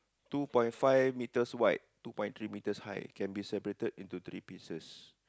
two point five metres wide two point three metres high can be separated into three pieces